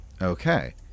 Okay